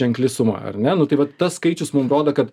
ženkli suma ar ne nu tai vat tas skaičius mum rodo kad